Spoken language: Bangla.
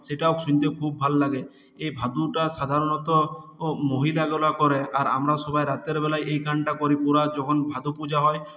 সেটাও শুনতে খুব ভাল লাগে এই ভাদুটা সাধারণত মহিলাগুলো করে আর আমরা সবাই রাত্রেবেলা এই গানটা করি পুরো যখন ভাদু পূজা হয়